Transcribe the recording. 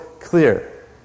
clear